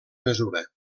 mesura